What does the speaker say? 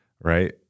right